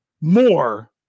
more